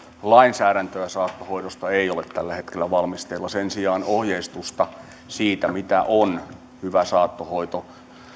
lainsäädäntöä saattohoidosta ei ole tällä hetkellä valmisteilla sen sijaan ohjeistusta siitä mitä on hyvä saattohoito